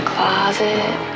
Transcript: closet